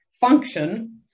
function